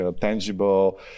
tangible